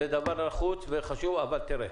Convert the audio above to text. זה דבר חשוב ונחוץ אבל תראה,